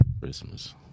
Christmas